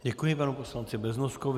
Děkuji panu poslanci Beznoskovi.